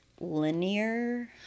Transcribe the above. linear